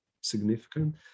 significant